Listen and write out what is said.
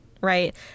right